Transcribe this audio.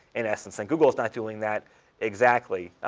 in essence. and google is not doing that exactly.